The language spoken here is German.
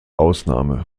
ausnahme